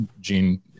gene